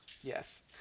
Yes